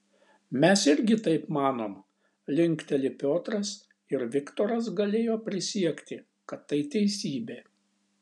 mes irgi taip manom linkteli piotras ir viktoras galėjo prisiekti kad tai teisybė